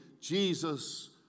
Jesus